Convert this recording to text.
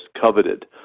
coveted